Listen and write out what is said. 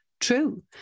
true